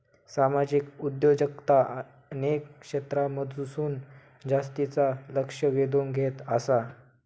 सामाजिक उद्योजकता अनेक क्षेत्रांमधसून जास्तीचा लक्ष वेधून घेत आसा